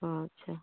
ᱟᱪᱪᱷᱟ